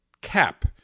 cap